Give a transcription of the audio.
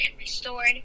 restored